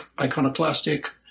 iconoclastic